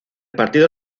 partido